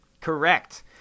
Correct